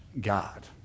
God